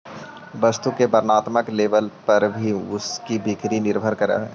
वस्तु की वर्णात्मक लेबल पर भी उसकी बिक्री निर्भर करअ हई